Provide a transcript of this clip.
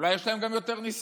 אולי גם יש להם יותר ניסיון.